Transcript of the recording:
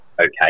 okay